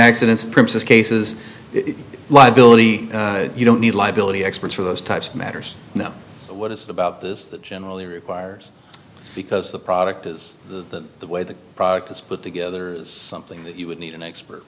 accidents princess cases liability you don't need liability experts for those types of matters now what is it about this that generally requires because the product is the way the product is put together is something that you would need an expert